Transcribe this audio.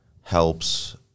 helps